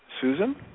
susan